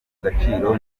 agaciro